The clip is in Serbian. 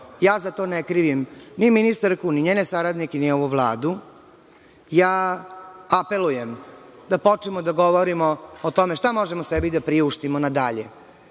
Ja za to ne krivim ni ministarku ni njene saradnike ni ovu Vladu. Apelujem da počnemo da govorimo o tome šta možemo sebi da priuštimo nadalje.